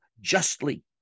justly